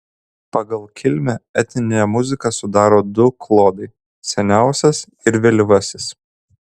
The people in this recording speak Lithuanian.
pagal kilmę etninę muziką sudaro du klodai seniausias ir vėlyvasis